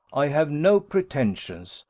i have no pretensions,